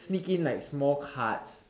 sneak in like small cards